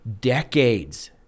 decades